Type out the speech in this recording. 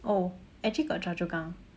oh actually got chua-chu-kang